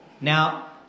Now